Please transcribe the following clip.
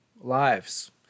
lives